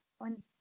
on